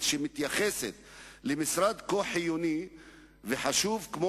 שמתייחסת למשרד כה חיוני וחשוב כמו